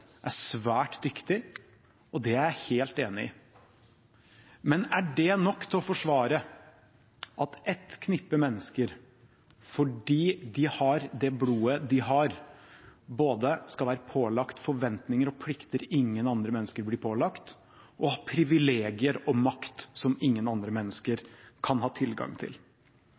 er svært dyktig – og det er jeg helt enig i. Men er det nok til å forsvare at et knippe mennesker, fordi de har det blodet de har, skal både være pålagt forventninger og plikter som ingen andre mennesker blir pålagt, og ha privilegier og makt som ingen andre mennesker kan ha tilgang til?